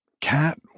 Cat